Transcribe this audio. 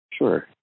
Sure